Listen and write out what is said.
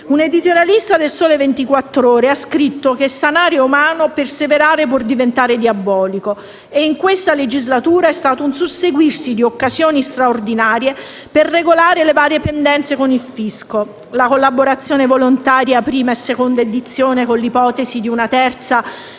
Un editorialista de «Il Sole 24 ore» ha scritto che sanare è umano, perseverare può diventare diabolico e in questa legislatura è stato un susseguirsi di occasioni straordinarie per regolare le varie pendenze con il fisco: la collaborazione volontaria, prima e seconda edizione, con l'ipotesi di una terza